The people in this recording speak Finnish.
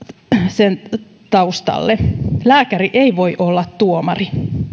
sen taustalle lääkäri ei voi olla tuomari